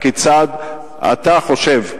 כיצד אתה חושב,